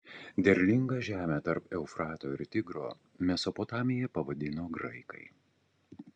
derlingą žemę tarp eufrato ir tigro mesopotamija pavadino graikai